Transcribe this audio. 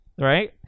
right